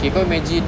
okay kau imagine